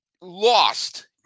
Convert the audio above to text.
lost